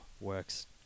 works